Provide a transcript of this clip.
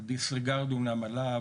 הדיסריגרד אמנם עלה,